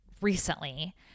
recently